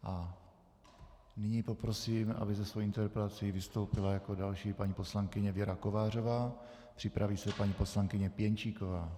A nyní poprosím, aby se svou interpelací vystoupila jako další paní poslankyně Věra Kovářová, připraví se paní poslankyně Pěnčíková.